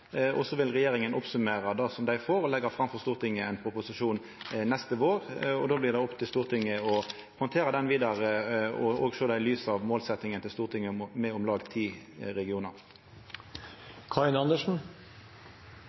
og så vil regjeringa summera opp det dei får, og leggja fram for Stortinget ein proposisjon neste vår. Då blir det opp til Stortinget å handtera det vidare og sjå det i lys av målsettinga til Stortinget om om lag ti regionar.